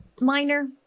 minor